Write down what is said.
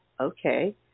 okay